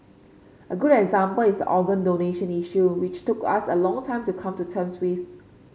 a good example is the organ donation issue which took us a long time to come to terms with